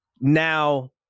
Now